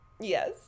Yes